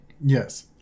Yes